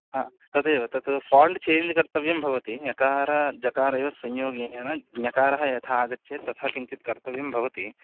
हा तदेव तत् फ़ाण्ट् चेञ्ज् कर्तव्यं भवति ञकारजकारयोस्संयोगेन ज्ञकारः यथा आगच्छेत् तथा किञ्चित् कर्तव्यं भवति